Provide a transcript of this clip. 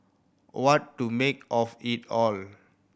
what to make of it all